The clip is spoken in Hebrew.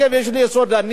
יש לי יסוד להניח,